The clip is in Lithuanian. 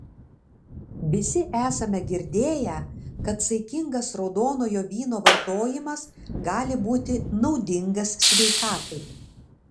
visi esame girdėję kad saikingas raudonojo vyno vartojimas gali būti naudingas sveikatai